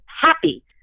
happy